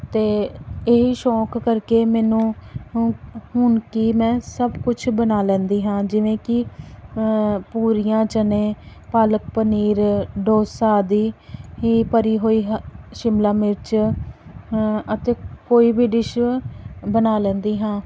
ਅਤੇ ਇਹੀ ਸ਼ੌਂਕ ਕਰਕੇ ਮੈਨੂੰ ਹੁਣ ਕਿ ਮੈਂ ਸਭ ਕੁਛ ਬਣਾ ਲੈਂਦੀ ਹਾਂ ਜਿਵੇਂ ਕਿ ਪੂਰੀਆਂ ਚਨੇ ਪਾਲਕ ਪਨੀਰ ਡੋਸਾ ਆਦਿ ਹੀ ਭਰੀ ਹੋਈ ਹ ਸ਼ਿਮਲਾ ਮਿਰਚ ਅਤੇ ਕੋਈ ਵੀ ਡਿਸ਼ ਬਣਾ ਲੈਂਦੀ ਹਾਂ